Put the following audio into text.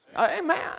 Amen